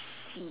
see